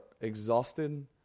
exhausted